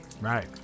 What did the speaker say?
Right